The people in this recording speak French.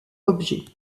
objets